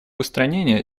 устранения